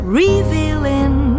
revealing